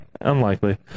unlikely